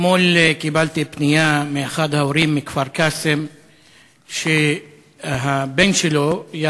אתמול קיבלתי פנייה מאחד ההורים מכפר-קאסם שהבן שלהם,